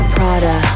Prada